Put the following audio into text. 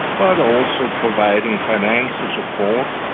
but also providing financial support,